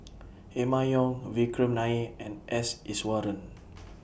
Emma Yong Vikram Nair and S Iswaran